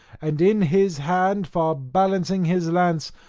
and in his hand far balancing his lance,